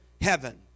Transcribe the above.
heaven